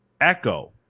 Echo